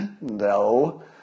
No